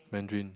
mandarin